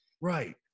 Right